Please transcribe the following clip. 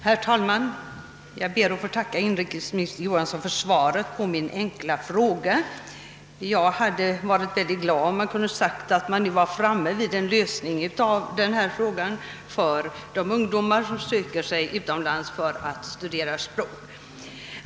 Herr talman! Jag ber att få tacka inrikesministern för svaret på min enkla fråga. Jag skulle ha varit mycket glad, om statsrådet hade kunnat säga att vi nu är framme vid en lösning på problemen för de ungdomar som söker sig utomlands för att studera språk.